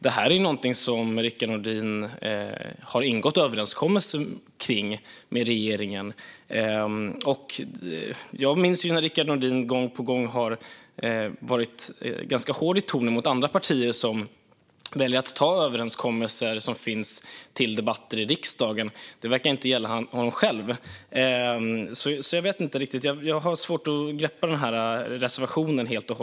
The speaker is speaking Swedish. Det är någonting som Rickard Nordins parti har ingått en överenskommelse med regeringen om, och jag minns att Rickard Nordin gång på gång har varit ganska hård i tonen när andra partier har valt att ta upp överenskommelser som finns till debatt i riksdagen. Det verkar dock inte gälla honom själv. Jag vet alltså inte riktigt; jag har svårt att helt och hållet greppa reservationen.